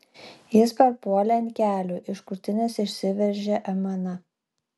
jis parpuolė ant kelių iš krūtinės išsiveržė aimana